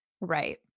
Right